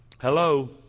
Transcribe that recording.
Hello